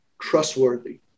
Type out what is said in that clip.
trustworthy